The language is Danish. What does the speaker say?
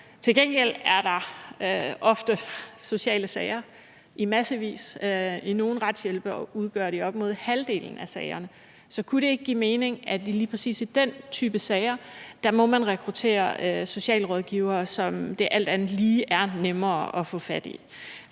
Til gengæld er der ofte sociale sager i massevis, og i nogle retshjælpskontorer udgør de op mod halvdelen af sagerne. Så kunne det ikke give mening, at man i lige præcis i den type sager må rekruttere socialrådgivere, som det alt andet lige er nemmere at få fat i.